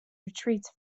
retreats